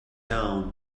down